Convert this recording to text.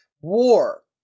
war